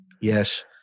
Yes